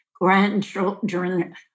grandchildren